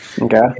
Okay